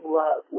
love